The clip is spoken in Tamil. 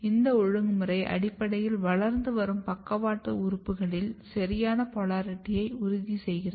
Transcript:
இந்த ஒழுங்குமுறை அடிப்படையில் வளர்ந்து வரும் பக்கவாட்டு உறுப்புகளில் சரியான போலாரிட்டியை உறுதி செய்கிறது